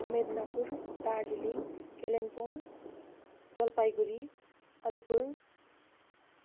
Medinipur Darjeeling Kalimpong Jalpaiguri Alipur